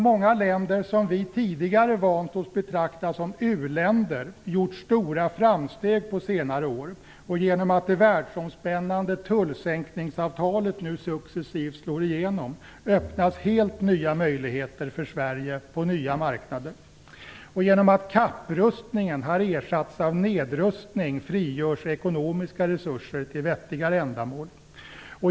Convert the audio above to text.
Många länder som vi sedan tidigare har vant oss vid att betrakta som u-länder har gjort stora framsteg på senare år, och genom att det världsomspännande tullsänkningsavtalet nu successivt slår igenom öppnas helt nya möjligheter för Sverige på nya marknader. Genom att kapprustningen har ersatts av nedrustning frigörs ekonomiska resurser till vettigare ändamål.